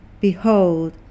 behold